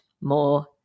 more